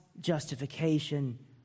justification